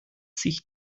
sich